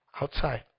outside